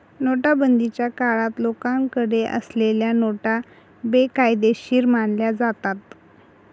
नोटाबंदीच्या काळात लोकांकडे असलेल्या नोटा बेकायदेशीर मानल्या जातात